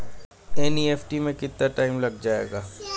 NEFT में कितना time लग जाएगा?